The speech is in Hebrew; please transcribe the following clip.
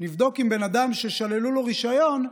נבדוק בן אדם ששללו לו רישיון,